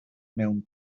mewn